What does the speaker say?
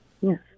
Yes